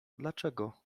dlaczego